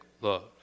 love